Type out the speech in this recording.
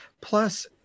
Plus